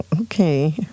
okay